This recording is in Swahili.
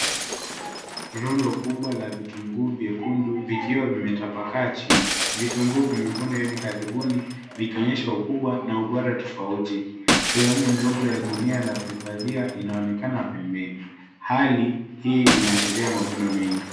Rundo kubwa la vitunguu vyekundu vikiwa vimetapakaa chini. Vitunguu vimevunwa hivi karibuni vikionyesha ukubwa na ubora tofauti. Sehemu ndogo ya gunia la kuhifadhia inaonekana pembeni. Hali hii inaashiria mavuno mengi.